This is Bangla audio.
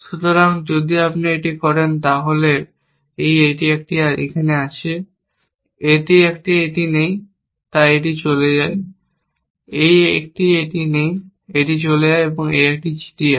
সুতরাং যদি আপনি এটি করেন তাহলে এই একটি এটি আছে এটি একটি এটি নেই তাই এটি চলে যায় এই একটি এটি নেই এটি চলে যায় এটি একটি এটি আছে